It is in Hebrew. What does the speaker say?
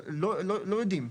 לא יודעים.